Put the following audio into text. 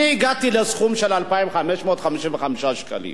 אני הגעתי לסכום של 2,555 שקלים.